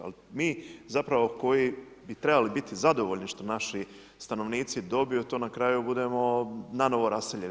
Ali mi zapravo koji bi trebali biti zadovoljni što naši stanovnici dobiju, to na kraju budemo nanovo raseljeni.